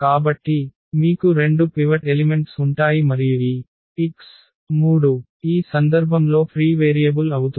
కాబట్టి మీకు 2 pivot elements ఉంటాయి మరియు ఈ x3 ఈ సందర్భంలో ఫ్రీ వేరియబుల్ అవుతుంది